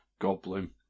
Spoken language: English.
goblin